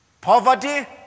poverty